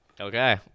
Okay